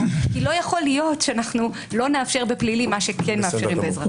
כי לא יכול להיות שלא נאפשר בפלילי מה שכן מאפשרים באזרחי.